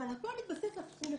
אבל הכול מתבסס על תחום אחד.